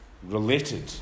Related